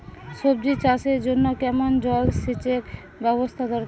সবজি চাষের জন্য কেমন জলসেচের ব্যাবস্থা দরকার?